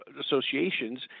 associations